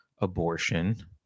abortion